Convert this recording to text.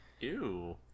Ew